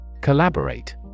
Collaborate